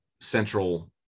central